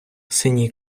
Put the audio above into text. синій